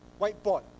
whiteboard